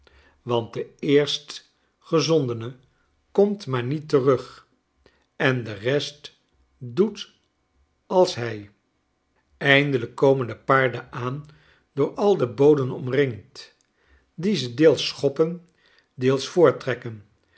want de eerst gezondene komt maar niet terug en de rest doet als hij eindelijk komen de paarden aan door al de boden omringd die ze deels schoppen deels voorttrekken